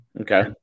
Okay